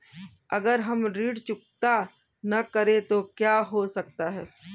अगर हम ऋण चुकता न करें तो क्या हो सकता है?